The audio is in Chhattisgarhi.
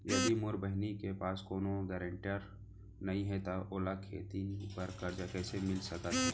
यदि मोर बहिनी के पास कोनो गरेंटेटर नई हे त ओला खेती बर कर्जा कईसे मिल सकत हे?